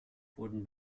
wurden